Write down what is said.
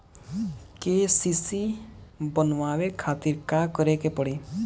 KCC बनवावे खातिर का करे के पड़ी?